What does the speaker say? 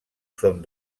són